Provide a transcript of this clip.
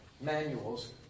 manuals